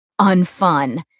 unfun